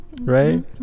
right